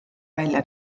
välja